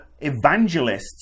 evangelists